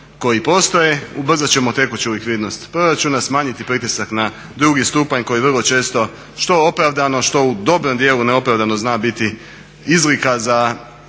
koji postoje, ubrzat ćemo tekuću likvidnost proračuna, smanjiti pritisak na drugi stupanj koji je vrlo često što opravdano što u dobrom djelu neopravdano zna biti izlika za